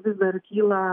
vis dar kyla